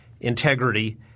integrity